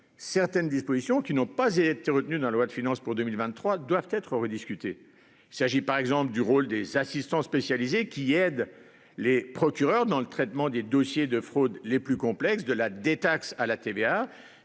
certaines dispositions qui n'ont pas été retenue dans la loi de finances pour 2023 doivent être rediscutés s'agit par exemple du rôle des assistants spécialisés qui aident les procureurs dans le traitement des dossiers de fraude les plus complexes de la détaxe à la TVA